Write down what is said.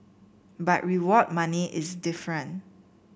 but award money is different